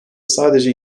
sadece